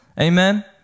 Amen